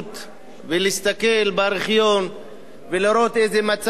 ולהסתכל בארכיון ולראות איזה מצב קשה,